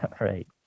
right